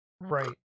Right